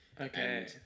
Okay